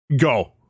Go